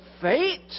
fate